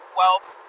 wealth